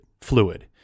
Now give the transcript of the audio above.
fluid